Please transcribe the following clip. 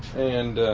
and